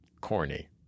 corny